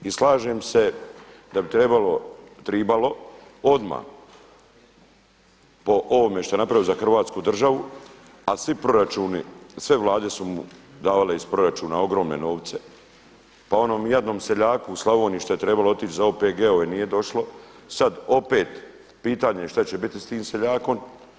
I slažem se da bi tribalo odma po ovome što je napravio za Hrvatsku državu, a svi proračuni, sve vlade su mu davale iz proračuna ogromne novce, pa onom jadnom seljaku u Slavoniji što je trebalo otići za OPG-ove nije došlo, sada opet pitanje šta će biti s tim seljakom.